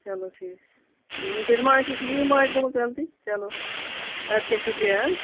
چَلو ٹھیٖک چھُ تیٚلہ مہ آسہِ مے ما آسہِ گٔمٕژ غلطی چَلو اَدٕ کیٛاہ شُکریہ